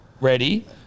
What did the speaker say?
Ready